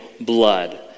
blood